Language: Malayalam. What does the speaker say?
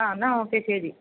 ആ എന്നാൽ ഓക്കേ ശരി